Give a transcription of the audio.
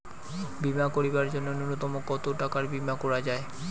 বীমা করিবার জন্য নূন্যতম কতো টাকার বীমা করা যায়?